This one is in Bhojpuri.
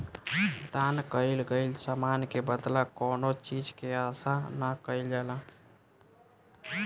दान कईल गईल समान के बदला कौनो चीज के आसा ना कईल जाला